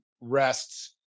rests